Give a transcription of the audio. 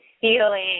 feeling